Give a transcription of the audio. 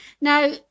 Now